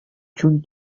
чун